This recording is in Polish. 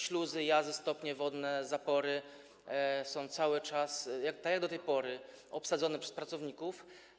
Śluzy, jazy, stopnie wodne, zapory są cały czas, tak jak do tej pory, obsadzone przez pracowników.